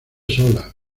sola